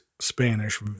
Spanish